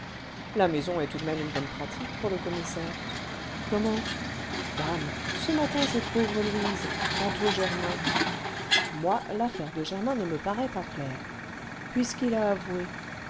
la maison est tout de même une bonne pratique pour le commissaire comment dame ce matin cette pauvre louise tantôt germain moi l'affaire de germain ne me paraît pas claire puisqu'il a avoué